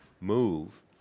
move